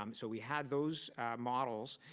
um so we had those models.